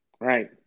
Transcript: Right